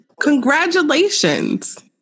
congratulations